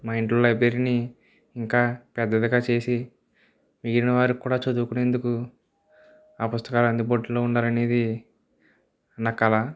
మా ఇంట్లో లైబ్రరీని ఇంకా పెద్దదిగా చేసి మిగిలిన వారికి కూడా చదువుకునేందుకు ఆ పుస్తకాలు అందుబాటులో ఉండాలి అనేది నా కల